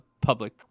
public